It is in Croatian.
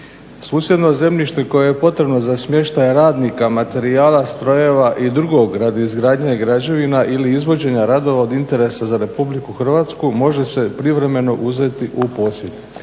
Susjedno zemljište koje je potrebno za smještaj radnika, materijala, strojeva i drugog radi izgradnje građevina ili izvođenja radova od interesa za Republiku Hrvatsku može se privremeno uzeti u posjed.